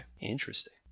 Interesting